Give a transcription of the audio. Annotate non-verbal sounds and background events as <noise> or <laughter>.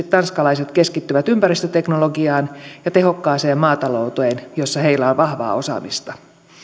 <unintelligible> tanskalaiset keskittyvät erityisesti ympäristöteknologiaan ja tehokkaaseen maatalouteen joissa heillä on vahvaa osaamista